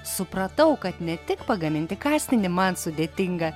supratau kad ne tik pagaminti kastinį man sudėtinga